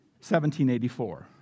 1784